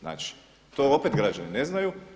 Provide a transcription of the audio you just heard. Znači, to opet građani ne znaju.